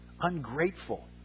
ungrateful